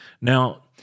Now